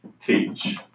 Teach